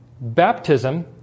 baptism